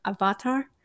avatar